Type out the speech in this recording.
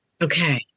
okay